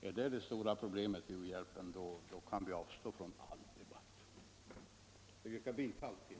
Är detta det stora problemet i u-hjälpen, då kan vi avstå från all debatt. Jag vidhåller mitt yrkande om bifall till utskottets förslag.